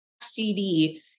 CD